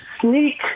sneak